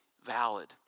valid